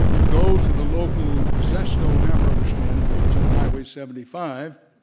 go to the local zesto hamburger stand, which was on highway seventy five,